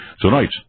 Tonight